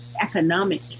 economic